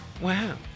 Wow